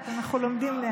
לאט-לאט, אנחנו לומדים לאט.